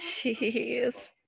jeez